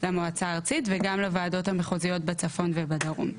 למועצה הארצית וגם לוועדות המחוזיות בצפון ובדרום.